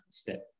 step